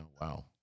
Wow